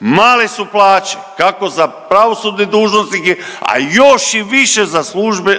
male su plaće, kako za pravosudne dužnosnike, a još i više